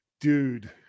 dude